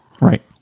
Right